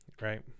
right